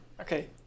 Okay